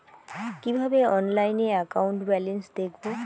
কিভাবে অনলাইনে account balance দেখবো?